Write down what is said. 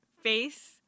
face